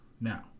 now